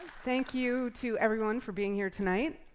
thank you to everyone for being here tonight.